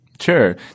Sure